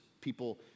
People